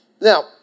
Now